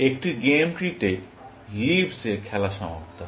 একটি game tree তে leaves এ খেলা সমাপ্ত হয়